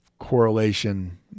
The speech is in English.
correlation